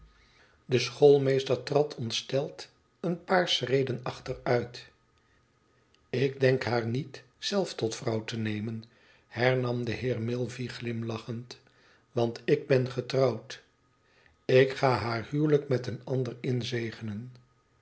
de schoolmeester trad ontsteld een paar schreden achteruit ik denk haar niet zelf tot vrouw te nemen hernam de heer milvey glimlachend want ik ben getrouwd ik ga haar huwelijk met een ander inzegenen